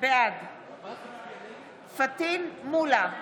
בעד פטין מולא,